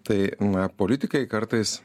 tai na politikai kartais